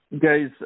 Guys